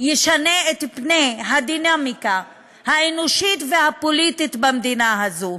ישנה את פני הדינמיקה האנושית והפוליטית במדינה הזאת.